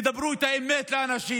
תדברו את האמת לאנשים.